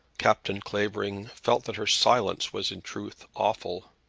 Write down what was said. captain clavering felt that her silence was in truth awful.